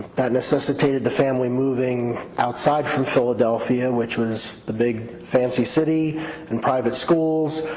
that necessitated the family moving outside from philadelphia which was the big, fancy city and private schools,